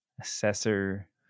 Assessor